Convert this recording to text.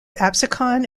absecon